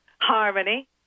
Harmony